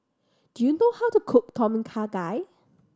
do you know how to cook Tom Kha Gai